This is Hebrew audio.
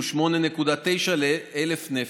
שהוא 8.9 ל-1,000 נפש,